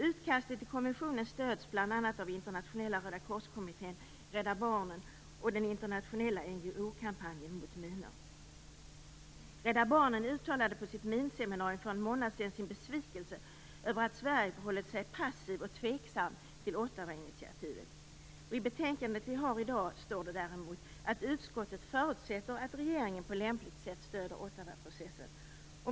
Utkastet till konventionen stöds bl.a. av Internationella rödakorskommittén, Rädda Barnen och den internationella Rädda Barnen uttalade på sitt minseminarium för en månad sedan sin besvikelse över att Sverige förhållit sig passivt och tveksamt till Ottawainitiativet. I det betänkande som vi nu behandlar står det dock att utskottet förutsätter att regeringen på lämpligt sätt stödjer Ottawaprocessen.